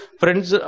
friends